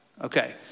Okay